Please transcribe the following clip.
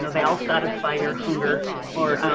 they all satisfy your hunger or